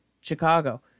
Chicago